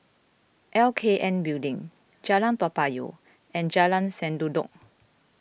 L K N Building Jalan Toa Payoh and Jalan Sendudok